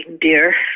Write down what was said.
dear